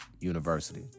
University